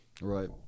Right